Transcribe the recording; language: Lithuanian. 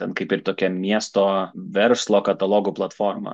ten kaip ir tokią miesto verslo katalogų platformą